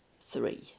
three